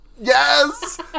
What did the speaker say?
Yes